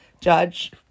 judge